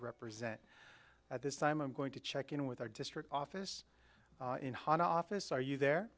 represent at this time i'm going to check in with our district office in hot office are you there